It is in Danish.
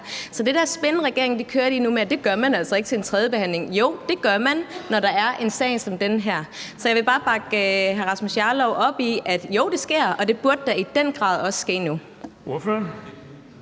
til det der spin, regeringen kører lige nu, med, at det gør man altså ikke til en tredjebehandling, vil jeg sige: Jo, det gør man, når der er en sag som den her. Så jeg vil bare bakke hr. Rasmus Jarlov op i, at jo, det sker, og det burde da i den grad også ske nu.